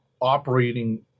operating